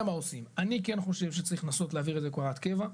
מה עושים.." אני כן חושב שצריך לנסות להעביר את זה כהוראת קבע,